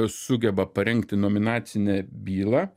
sugeba parengti nominacinę bylą